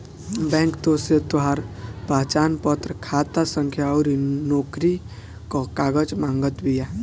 bank तोहसे तोहार पहचानपत्र, खाता संख्या अउरी नोकरी कअ कागज मांगत बिया